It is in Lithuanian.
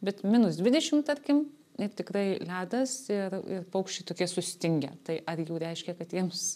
bet minus dvidešim tarkim ir tikrai ledas ir ir paukščiai tokie sustingę tai ar jau reiškia kad jiems